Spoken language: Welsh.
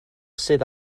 sydd